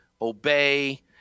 obey